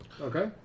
okay